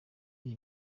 iyi